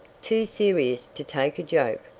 too serious to take a joke.